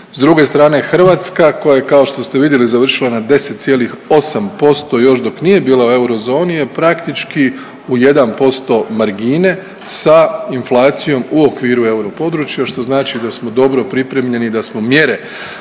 S druge strane Hrvatska koja je kao što ste vidjeli završila na 10,8% još dok nije bila u eurozoni je praktički u 1% marine sa inflacijom u okviru europodručja što znači da smo dobro pripremljeni i da smo mjere